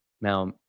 Now